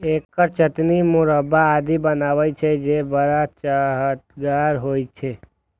एकर चटनी, मुरब्बा आदि बनै छै, जे बड़ चहटगर होइ छै